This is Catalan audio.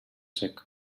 sec